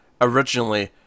originally